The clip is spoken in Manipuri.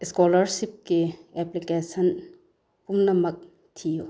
ꯏꯁꯀꯣꯂꯔꯁꯤꯞꯀꯤ ꯑꯦꯄ꯭ꯂꯤꯀꯦꯁꯟ ꯄꯨꯝꯅꯃꯛ ꯊꯤꯌꯨ